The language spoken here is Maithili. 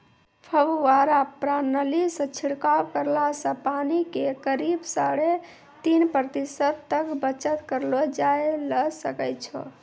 फव्वारा प्रणाली सॅ छिड़काव करला सॅ पानी के करीब साढ़े तीस प्रतिशत तक बचत करलो जाय ल सकै छो